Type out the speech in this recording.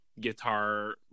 guitar